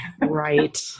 Right